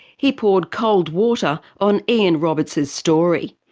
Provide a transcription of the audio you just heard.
he poured cold water on ian roberts's story.